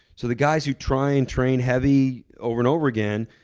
so the guys who try and train heavy over and over again,